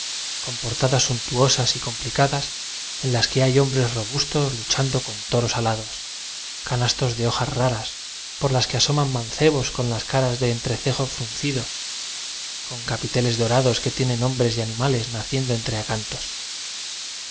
portadas suntuosas y compli cadas en las que hay hombres robustos lu chando con toros alados canastos de hojas raras por las que asoman mancebos con las caras de entrecejo fruncido con capite les dorados que tienen hombres y animales naciendo entre